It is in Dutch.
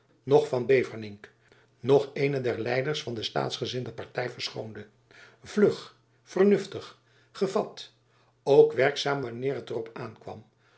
noch van beverningk noch eenen der leiders van de staatsgezinde party verschoonde vlug vernuftig gevat ook werkzaam wanneer het er op aan